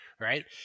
right